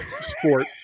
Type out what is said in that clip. sport